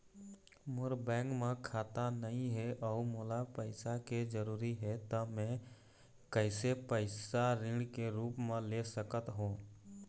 मोर bank म खाता नई हे अउ मोला पैसा के जरूरी हे त मे कैसे पैसा ऋण के रूप म ले सकत हो?